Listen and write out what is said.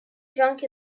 junk